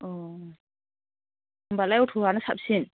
औ होमबालाय अट'आनो साबसिन